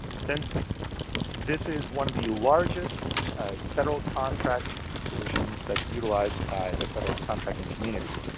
since this is one of the largest federal contract solutions that's utilized by the federal contracting community,